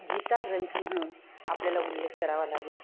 गीता ग्रंथ म्हणून आपल्याला उल्लेख करावा लागेल